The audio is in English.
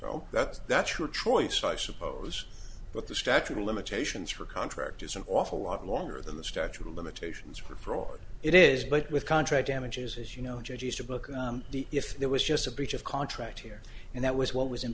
oh that's that's your choice i suppose but the statute of limitations for contract is an awful lot longer than the structural limitations for fraud it is but with contract damages as you know judge easterbrook if there was just a breach of contract here and that was what was in